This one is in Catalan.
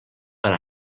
per